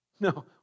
No